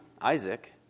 ...Isaac